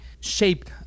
shaped